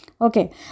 Okay